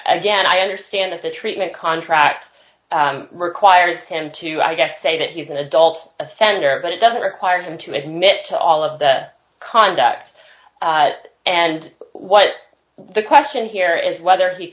again i understand that the treatment contract requires him to i guess say that he's an adult offender but it doesn't require him to admit to all of the conduct and what the question here is whether he